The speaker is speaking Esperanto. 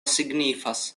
signifas